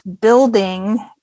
building